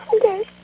Okay